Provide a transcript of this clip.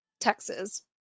texas